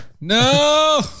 no